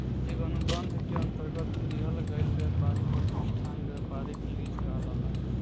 एगो अनुबंध के अंतरगत दिहल गईल ब्यपारी प्रतिष्ठान ब्यपारिक लीज कहलाला